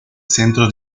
centro